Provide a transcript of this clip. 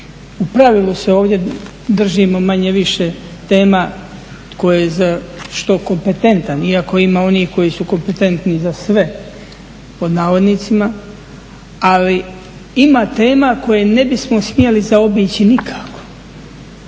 U pravilu se ovdje držimo manje-više tema tko je za što kompetentan, iako ima onih koji su kompetentni za sve pod navodnicima, ali ima tema koje ne bismo smjeli zaobići nikako.